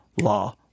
law